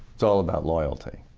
it's all about loyalty?